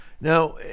Now